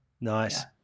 Nice